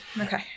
Okay